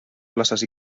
places